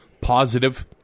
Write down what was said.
positive